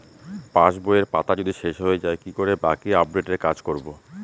পাসবইয়ের পাতা যদি শেষ হয়ে য়ায় কি করে বাকী আপডেটের কাজ করব?